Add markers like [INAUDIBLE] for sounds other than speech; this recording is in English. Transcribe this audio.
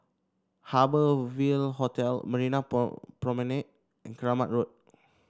Harbour Ville Hotel Marina [UNINTELLIGIBLE] Promenade and Keramat Road